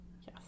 yes